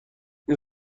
این